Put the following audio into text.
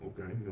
okay